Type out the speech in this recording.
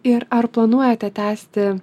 ir ar planuojate tęsti